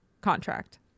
contract